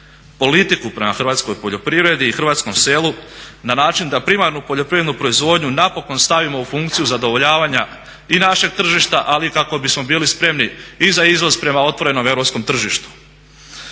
politiku prema hrvatskoj poljoprivredi i hrvatskom selu na način da primarnu poljoprivrednu proizvodnju napokon stavimo u funkciju zadovoljavanja i našeg tržišta, ali i kako bismo bili spremni i za izvoz prema otvorenom europskom tržištu.